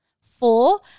Four